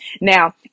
Now